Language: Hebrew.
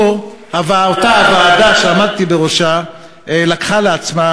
הציבור, ואתם יודעים מה אפשר לעשות בכסף הזה.